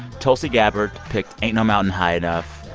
tulsi gabbard picked ain't no mountain high enough.